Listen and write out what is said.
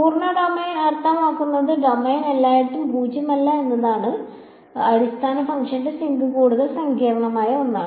പൂർണ്ണ ഡൊമെയ്ൻ അർത്ഥമാക്കുന്നത് ഡൊമെയ്നിൽ എല്ലായിടത്തും പൂജ്യമല്ല എന്നതാണ് അടിസ്ഥാന ഫംഗ്ഷൻ സിങ്ക് കൂടുതൽ സങ്കീർണ്ണമായ ഒന്ന്